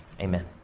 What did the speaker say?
Amen